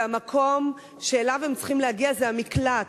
והמקום שאליו הם צריכים להגיע זה המקלט.